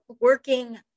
working